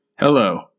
Hello